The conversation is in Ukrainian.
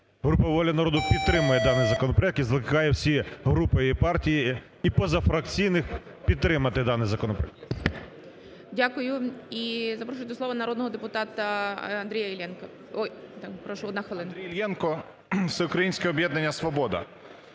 Група "Воля народу" підтримує даний законопроект і закликає всі групи і партії, і позафракційних підтримати даний законопроект. ГОЛОВУЮЧИЙ. Дякую. І запрошую до слова народного депутата Андрія Іллєнка. Прошу, 1 хвилина. 11:26:05 ІЛЛЄНКО А.Ю. Андрій Іллєнко, Всеукраїнське об'єднання "Свобода".